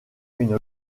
une